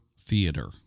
theater